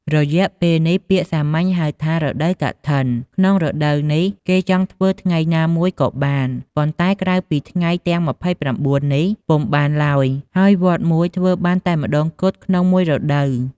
រយៈពេលនេះ ពាក្យសាមញ្ញហៅថា រដូវកឋិន ក្នុង រដូវនេះគេចង់ធ្វើថ្ងៃណាមួយក៏បាន ប៉ុន្តែក្រៅពីថ្ងៃទាំង២៩នេះពុំបានឡើយ ហើយវត្តមួយធ្វើបានតែម្តងគត់ក្នុងមួយរដូវ។